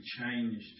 changed